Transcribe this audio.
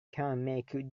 dumb